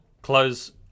close